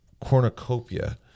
cornucopia